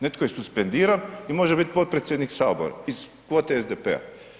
Netko je suspendiran i može biti potpredsjednik Sabora iz kvote SDP-a.